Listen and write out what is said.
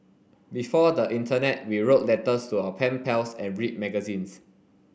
before the internet we wrote letters to our pen pals and read magazines